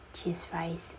cheese fries